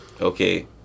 Okay